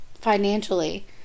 financially